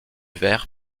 verre